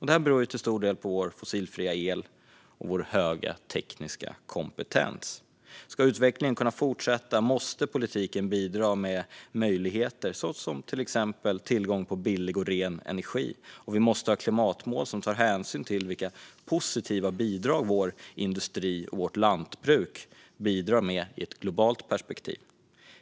Detta beror till stor del på vår fossilfria el och vår höga tekniska kompetens. Ska utvecklingen kunna fortsätta måste politiken bidra med möjligheter som exempelvis tillgång på billig och ren energi, och vi måste ha klimatmål som tar hänsyn till de positiva bidragen från vår industri och vårt lantbruk i ett globalt perspektiv.